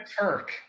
Turk